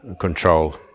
control